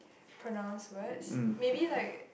pronouns words maybe like